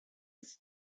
its